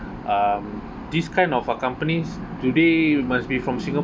um this kind of uh companies do they must be from singapore